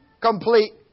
complete